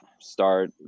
start